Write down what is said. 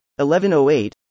1108